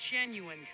genuine